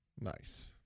Nice